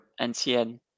Ncn